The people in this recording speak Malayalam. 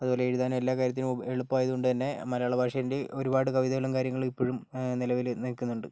അതുപോലെ എഴുതാനും എല്ലാ കാര്യത്തിനും ഉപ എളുപ്പമായതു കൊണ്ട് തന്നെ മലയാള ഭാഷേൻ്റെ ഒരുപാട് കവിതകളും കാര്യങ്ങളും ഇപ്പോഴും നിലവിൽ നിൽക്കുന്നുണ്ട്